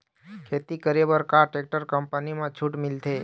खेती करे बर का टेक्टर कंपनी म छूट मिलथे?